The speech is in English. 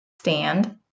Stand